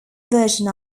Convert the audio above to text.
version